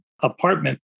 apartment